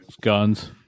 Guns